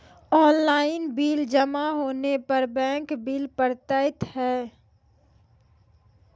Online bill जमा होने पर बैंक बिल पड़तैत हैं?